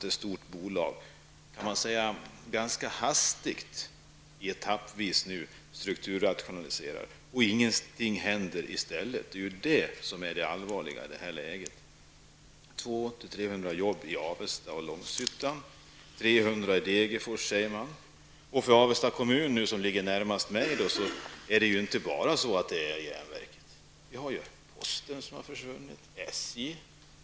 Ett stort bolag strukturrationaliserar hastigt etappvis, och ingenting händer i stället. Detta är allvarligt i det här läget. Det gäller 200--300 arbeten i Avesta och Långshyttan samt 300 arbeten i Degerfors, säger man. För Avesta kommun, som ligger mig närmast, gäller det inte bara järnverket utan även posten, som har försvunnit, och SJ.